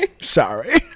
Sorry